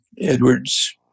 Edward's